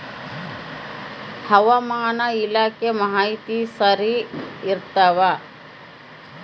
ಹವಾಮಾನ ಇಲಾಖೆ ಮಾಹಿತಿ ಸರಿ ಇರ್ತವ?